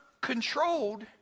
controlled